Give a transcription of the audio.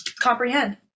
comprehend